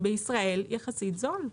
בישראל יחסית זול.